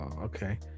Okay